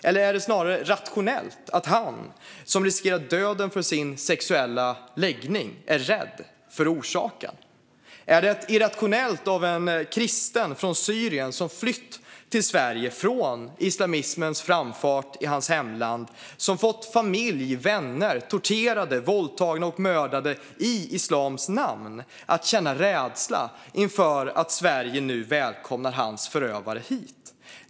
Eller är det snarare rationellt att han, som riskerat att dödas för sin sexuella läggning, är rädd för orsaken? Är det irrationellt av en kristen från Syrien, som flytt till Sverige undan islamismens framfart i sitt hemland och som fått familjemedlemmar och vänner torterade, våldtagna och mördade i islams namn, att känna rädsla inför att Sverige nu välkomnar hans förövare hit?